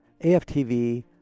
AFTV